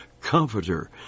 comforter